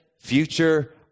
future